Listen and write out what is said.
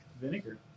vinegar